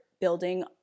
building